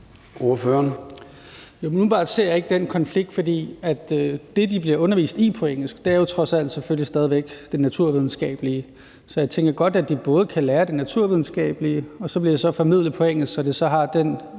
ser jeg ikke den konflikt. For det, de bliver undervist i på engelsk, er jo trods alt stadig væk det naturvidenskabelige. Så jeg tænker godt, at de kan lære det naturvidenskabelige, og når det så bliver formidlet på engelsk, så har det